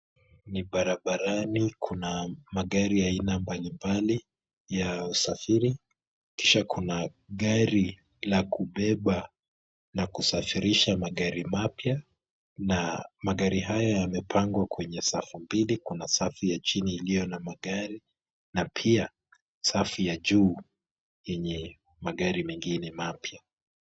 Ni barabarani kuna magari ya aina mbalimbali ya usafiri, kisha kuna gari la kubeba na kusafirisha magari mapya na magari hayo yamepangwa kwenye safu mbili, kuna safu ya chini iliyo na magari na pia safu ya juu yenye magari mengine mapya.